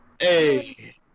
Hey